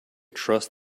trust